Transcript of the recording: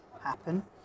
happen